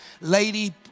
lady